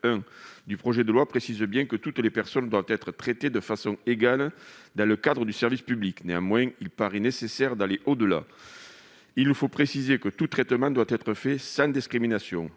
1 du projet de loi précise bien que toutes les personnes doivent être traitées de façon égale dans le cadre du service public. Néanmoins, il paraît nécessaire d'aller au-delà, en précisant que tout traitement doit être fait sans discrimination.